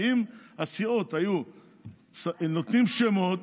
כי אם הסיעות היו נותנות שמות,